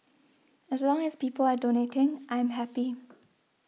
as long as people are donating I'm happy